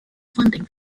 funding